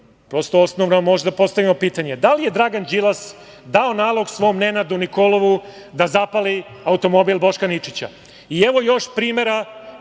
Prosto, osnovno možemo da postavimo pitanje – da li je Dragan Đilas dao nalog svom Nenadu Nikolovu da zapali automobil Boška Ničića? Evo još primera